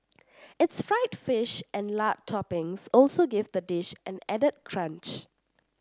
its fried fish and lard toppings also give the dish an added crunch